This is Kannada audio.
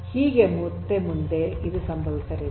ಹೀಗೆ ಮತ್ತೆ ಮುಂದೆ ಇದು ಸಂಭವಿಸಲಿದೆ